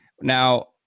Now